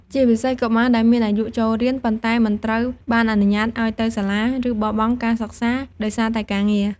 ជាពិសេសកុមារដែលមានអាយុចូលរៀន ប៉ុន្តែមិនត្រូវបានអនុញ្ញាតឲ្យទៅសាលា ឬបោះបង់ការសិក្សាដោយសារតែការងារ។